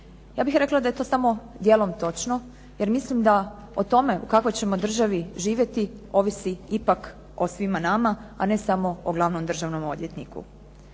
Ja bih rekla da je to samo djelom točno jer mislim da o tome u kakvoj ćemo državi živjeti ovisi ipak o svima nama a ne samo o glavnom državnom odvjetniku.